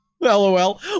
LOL